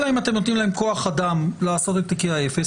אלא אם אתם נותנים להם כוח אדם לעשות את תיקי האפס